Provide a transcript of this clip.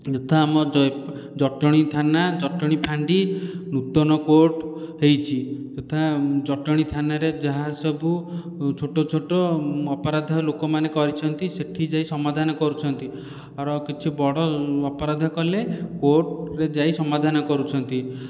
ଯଥା ଆମ ଜଟଣୀ ଥାନା ଜଟଣୀ ଫାଣ୍ଡି ନୂତନ କୋର୍ଟ ହୋଇଛି ତଥା ଜଟଣୀ ଥାନାରେ ଯାହା ସବୁ ଛୋଟ ଛୋଟ ଅପରାଧ ଲୋକମାନେ କରିଛନ୍ତି ସେଠି ଯାଇକି ସମାଧାନ କରୁଛନ୍ତି ଆର କିଛି ବଡ଼ ଅପରାଧ କଲେ କୋର୍ଟରେ ଯାଇ ସମାଧାନ କରୁଛନ୍ତି